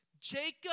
Jacob